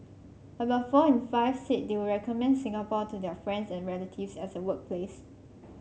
about four in five said they would recommend Singapore to their friends and relatives as a workplace